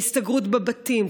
ההסתגרות בבתים,